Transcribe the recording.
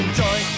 joy